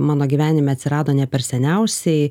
mano gyvenime atsirado ne per seniausiai